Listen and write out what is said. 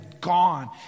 Gone